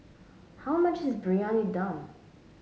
how much is Briyani Dum